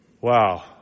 Wow